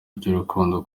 ry’urukundo